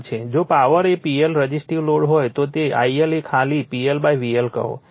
જો પાવર એ PL resistive load હોય તો IL એ ખાલી PL VL કહો